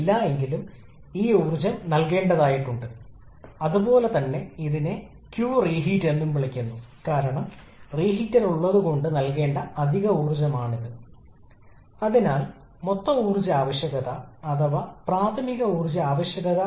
തുടർന്ന് ചില പ്രായോഗിക വശങ്ങൾ ഐസെൻട്രോപിക് എന്ന ആശയം ഉൾപ്പെടുത്തി നമ്മൾ സ്പർശിച്ച കംപ്രസ്സറിന്റെയും ടർബൈനിന്റെയും കാര്യക്ഷമത